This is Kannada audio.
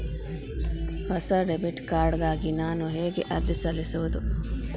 ಹೊಸ ಡೆಬಿಟ್ ಕಾರ್ಡ್ ಗಾಗಿ ನಾನು ಹೇಗೆ ಅರ್ಜಿ ಸಲ್ಲಿಸುವುದು?